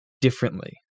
differently